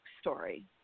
story